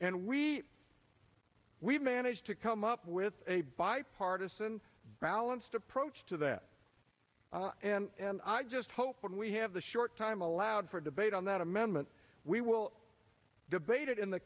and we we've managed to come up with a bipartisan balanced approach to that and i just hope when we have the short time allowed for debate on that amendment we will debate it in the